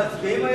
מצביעים היום?